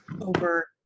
over